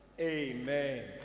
Amen